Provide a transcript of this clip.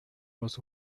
was